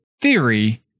theory